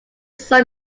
saw